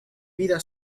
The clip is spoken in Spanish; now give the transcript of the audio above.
vida